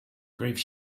grief